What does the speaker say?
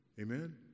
Amen